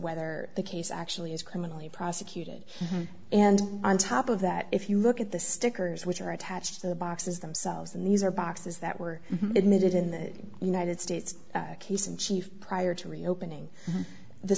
whether the case actually is criminally prosecuted and on top of that if you look at the stickers which are attached to the boxes themselves and these are boxes that were admitted in the united states case in chief prior to reopening the